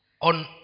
on